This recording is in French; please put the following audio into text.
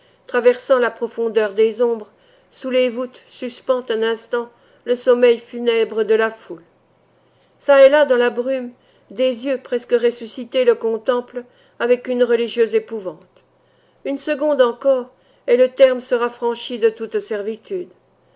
traversant la profondeur des ombres sous les voûtes suspend un instant le sommeil funèbre de la foule çà et là dans la brume des yeux presque ressuscités le contemplent avec une religieuse épouvante une seconde encore et le terme sera franchi de toute servitude